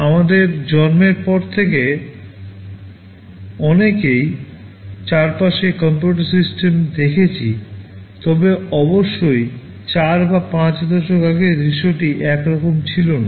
আমাদের জন্মের পর থেকে অনেকেই চারপাশে কম্পিউটার সিস্টেম দেখেছি তবে অবশ্যই 4 বা 5 দশক আগে দৃশ্যটি এক রকম ছিল না